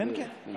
כן, כן.